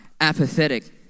apathetic